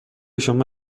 شما